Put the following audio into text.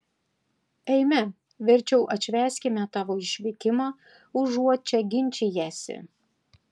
eime verčiau atšvęskime tavo išvykimą užuot čia ginčijęsi